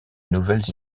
nouvelles